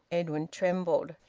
edwin trembled,